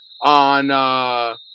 on